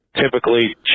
typically